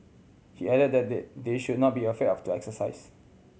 he added that they they should not be afraid to exercise